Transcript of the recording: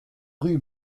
rue